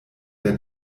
der